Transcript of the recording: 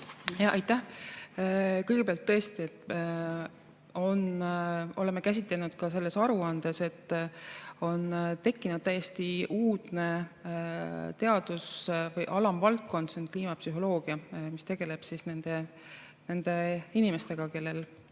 terav. Kõigepealt, me oleme käsitlenud ka selles aruandes, et on tekkinud täiesti uudne teaduse alamvaldkond: see on kliimapsühholoogia, mis tegeleb nende inimestega, kellel